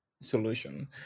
solution